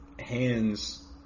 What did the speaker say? hands